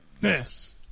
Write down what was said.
Yes